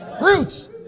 Roots